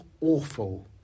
awful